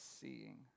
seeing